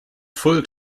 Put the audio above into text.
full